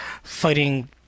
fighting